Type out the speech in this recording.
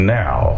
now